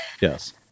yes